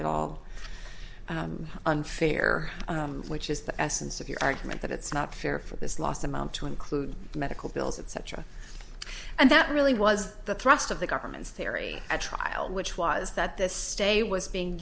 at all unfair which is the essence of your argument that it's not fair for this loss amount to include medical bills etc and that really was the thrust of the government's theory at trial which was that the stay was being